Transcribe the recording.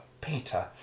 Peter